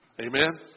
Amen